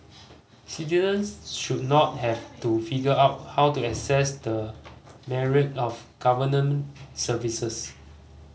citizens should not have to figure out how to access the myriad of Government services